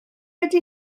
ydy